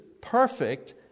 perfect